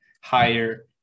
higher